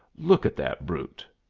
look at that brute!